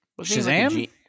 Shazam